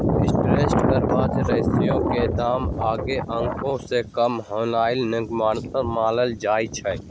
interest coverage ratio के दाम एगो अंक से काम होनाइ नकारात्मक मानल जाइ छइ